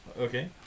Okay